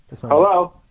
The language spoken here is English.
hello